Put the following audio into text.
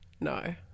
No